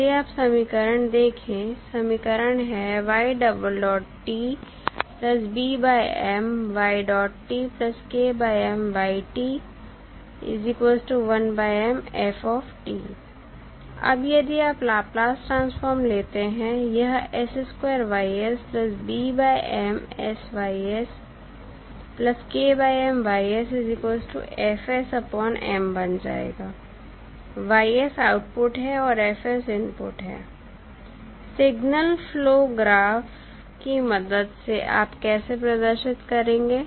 यदि आप समीकरण देखें समीकरण है अब यदि आप लाप्लास ट्रांसफार्म लेते हैं यह बन जाएगा Y आउटपुट है और F इनपुट है सिगनल फ्लो ग्राफ की मदद से आप कैसे प्रदर्शित करेंगे